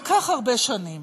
כל כך הרבה שנים